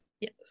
Yes